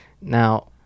now